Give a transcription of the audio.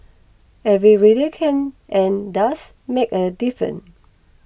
every reader can and does make a difference